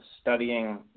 studying